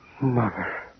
Mother